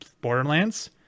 Borderlands